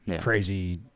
crazy